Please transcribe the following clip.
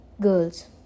girls